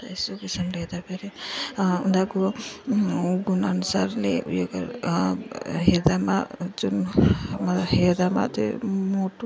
यस्तो किसिमले हेर्दाफेरि उनीहरूको गुण अनुसारले उयो गरेर हेर्दामा जुन हेर्दामा त्यो मोटो